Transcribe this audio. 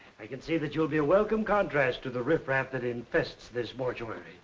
i can see that you'll be a welcome contrast to the riffraff that infests this mortuary.